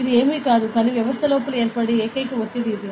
ఇది ఏమీ కాదు కానీ వ్యవస్థ లోపల ఏర్పడే ఏకైక ఒత్తిడి ఇది